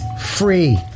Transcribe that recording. free